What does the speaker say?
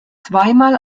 zweimal